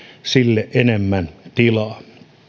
sille enemmän tilaa